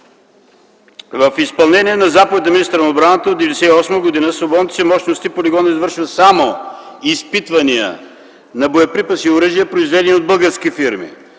В изпълнение на заповед на министъра на отбраната от 1998 г. в свободните си мощности полигонът извършва само изпитвания на боеприпаси и оръжия, произведени от български фирми.